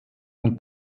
und